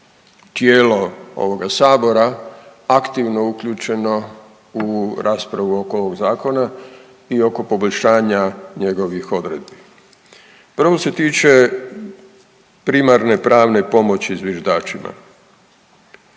tijelo ovoga sabora aktivno uključeno u raspravu oko ovog zakona i oko poboljšanja njegovih odredbi. Prvo se tiče primarne pravne pomoći zviždačima,